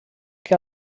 que